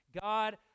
God